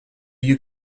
you